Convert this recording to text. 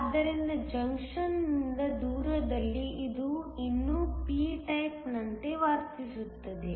ಆದ್ದರಿಂದ ಜಂಕ್ಷನ್ನಿಂದ ದೂರದಲ್ಲಿ ಅದು ಇನ್ನೂ p ಟೈಪ್ನಂತೆ ವರ್ತಿಸುತ್ತದೆ